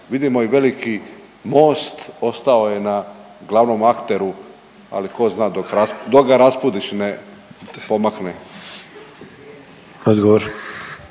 Vidimo i veliki MOST ostao je na glavnom akteru ali tko zna dok, dok ga Raspudić ne pomakne.